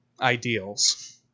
ideals